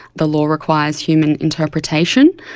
the law requires human interpretation.